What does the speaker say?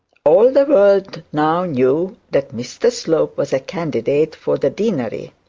all the world now knew that mr slope was a candidate for the deanery,